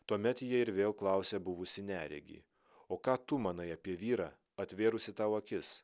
tuomet jie ir vėl klausė buvusį neregį o ką tu manai apie vyrą atvėrusį tau akis